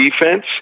defense